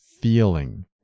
feeling